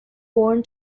born